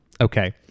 Okay